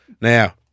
Now